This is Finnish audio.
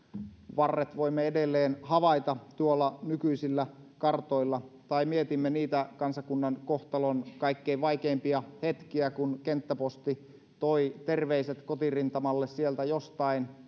varret voimme edelleen havaita tuolla nykyisillä kartoilla tai mietimme niitä kansakunnan kohtalon kaikkein vaikeimpia hetkiä kun kenttäposti toi terveiset kotirintamalle sieltä jostain